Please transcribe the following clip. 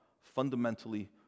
fundamentally